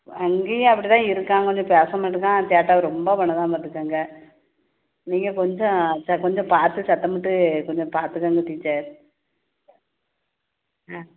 இங்கேயும் அப்படிதான் இருக்கான் கொஞ்சம் பேச மாட்டுதான் சேட்டை ரொம்ப பண்ணு தான் பார்த்துக்கோங்க நீங்கள் கொஞ்சம் கொஞ்சம் பார்த்து சத்தம் போட்டு கொஞ்சம் பார்த்துக்கோங்க டீச்சர் ஆ